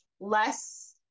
less